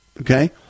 okay